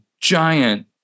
giant